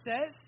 says